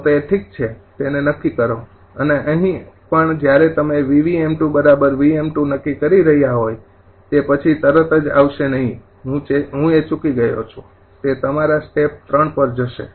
તેને નક્કી કરો અને અહીં પણ જ્યારે તમે 𝑉𝑉𝑚2𝑉𝑚2 નક્કી કરી રહ્યાં હોય તે પછી તરત જ આવશે નહીં હું એ ચૂકી ગયો છું તે તમારા સ્ટેપ ૩ પર જશે